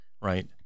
Right